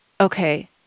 okay